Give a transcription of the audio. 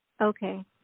okay